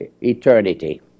eternity